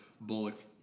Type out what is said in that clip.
Bullock